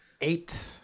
Eight